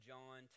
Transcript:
John